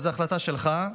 אבל זו החלטה שלך.